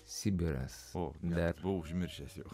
sibiras o net buvau užmiršęs jog